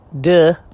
Duh